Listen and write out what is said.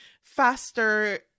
faster